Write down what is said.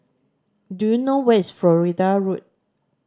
do you know where is Florida Road